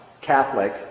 Catholic